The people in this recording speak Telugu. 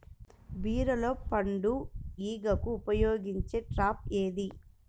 బీరలో పండు ఈగకు ఉపయోగించే ట్రాప్ ఏది?